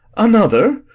another?